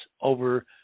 over